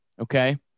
okay